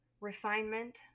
refinement